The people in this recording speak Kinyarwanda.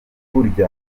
burya